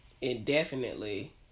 indefinitely